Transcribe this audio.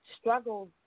struggles